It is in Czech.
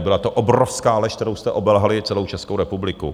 Byla to obrovská lež, kterou jste obelhali celou Českou republiku.